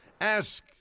Ask